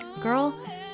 girl